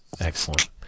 Excellent